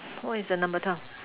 what is the number twelve